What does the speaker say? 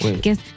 Guess